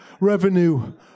revenue